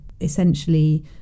essentially